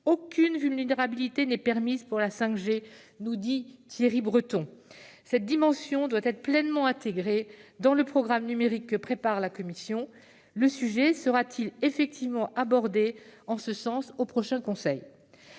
Aucune vulnérabilité n'est permise pour la 5G, nous dit Thierry Breton. Cette dimension doit être pleinement intégrée dans le programme numérique que prépare la Commission. Le sujet sera-t-il effectivement abordé lors du prochain Conseil ?